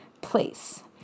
place